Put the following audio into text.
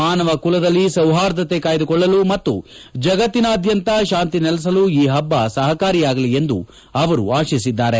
ಮಾನವ ಕುಲದಲ್ಲಿ ಸೌರ್ಷಾದತೆ ಕಾಯ್ದುಕೊಳ್ಳಲು ಮತ್ತು ಜಗತ್ತಿನಾದ್ಯಂತ ಶಾಂತಿ ನೆಲೆಸಲು ಈ ಪಬ್ಬ ಸಪಕಾರಿಯಾಗಲಿ ಎಂದು ಅವರು ಅಶಿಸಿದ್ದಾರೆ